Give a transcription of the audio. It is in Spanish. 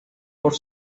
por